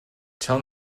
tell